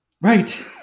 Right